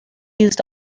used